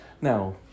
Now